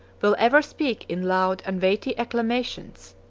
will ever speak in loud and weighty acclamations.